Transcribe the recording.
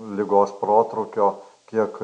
ligos protrūkio kiek